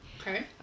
Okay